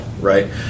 right